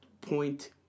point